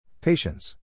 Patience